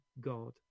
God